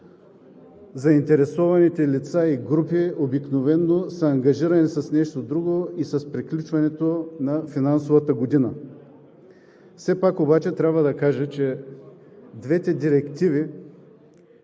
заинтересованите лица и групи обикновено са ангажирани с нещо друго, и с приключването на финансовата година. Все пак обаче трябва да кажа, че двете директиви